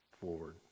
forward